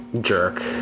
jerk